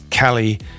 Callie